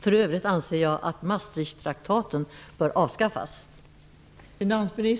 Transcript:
För övrigt anser jag att Maastrichttraktaten bör avskaffas.